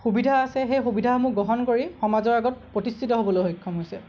সুবিধা আছে সেই সুবিধাসমূহ গ্ৰহণ কৰি সমাজৰ আগত প্ৰতিষ্ঠিত হ'বলৈ সক্ষম হৈছে